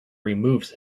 removes